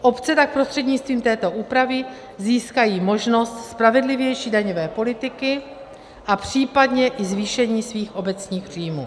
Obce tak prostřednictvím této úpravy získají možnost spravedlivější daňové politiky a případně i zvýšení svých obecních příjmů.